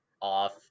off